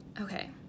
Okay